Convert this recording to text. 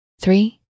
three